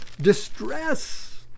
distress